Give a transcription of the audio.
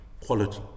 quality